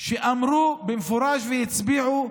שאמרו במפורש, והצביעו,